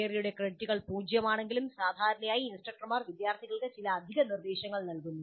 തിയറിയുടെ ക്രെഡിറ്റുകൾ 0 ആണെങ്കിലും സാധാരണയായി ഇൻസ്ട്രക്ടർമാർ വിദ്യാർത്ഥികൾക്ക് ചില അധിക നിർദ്ദേശങ്ങൾ നൽകുന്നു